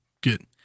Good